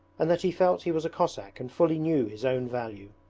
and that he felt he was a cossack and fully knew his own value.